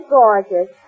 gorgeous